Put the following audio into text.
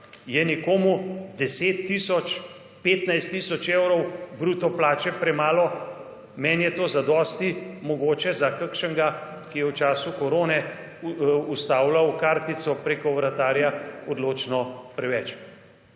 Je nekomu 10 tisoč, 15 tisoč evrov bruto plače premalo. Meni je to zadosti. Mogoče za kakšnega, ki je v času korone ustavljal kartico preko vratarja, odločno preveč.